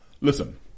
Listen